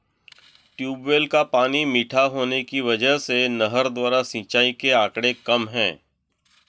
tubewell का पानी मीठा होने की वजह से नहर द्वारा सिंचाई के आंकड़े कम है